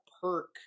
Perk